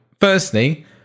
Firstly